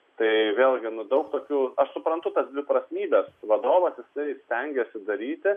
tai vėlgi nu daug tokių aš suprantu tas dviprasmybes vadovas jisai stengiasi daryti